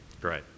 Great